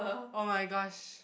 oh-my-gosh